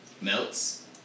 melts